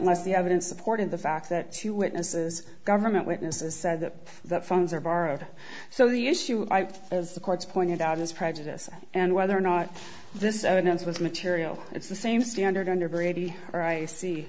unless the evidence supported the fact that two witnesses government witnesses said that the phones are borrowed so the issue of the courts pointed out is prejudice and whether or not this evidence was material it's the same standard under brady or i see